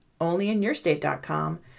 onlyinyourstate.com